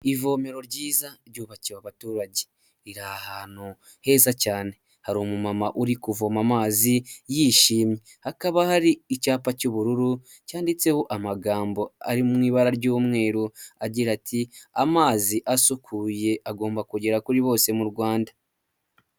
Ivomero ryiza ryubakiwe abaturage riri ahantu heza cyane hari umumama uri kuvoma amazi yishimye hakaba hari icyapa cy'ubururu cyanditseho amagambo ari mu ibara ry'umweru agira ati amazi asukuye agomba kugera kuri bose mu Rwanda.